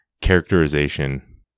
characterization